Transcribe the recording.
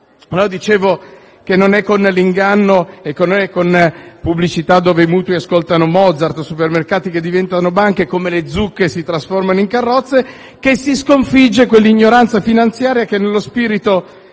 Come dicevo, non è con l'inganno e non è con pubblicità dove i mutui ascoltano Mozart o i supermercati diventano banche, come le zucche si trasformano in carrozze, che si sconfigge quell'ignoranza finanziaria che, nello spirito